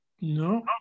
No